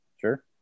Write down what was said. Sure